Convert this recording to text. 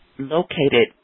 Located